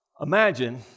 Imagine